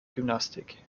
gymnastik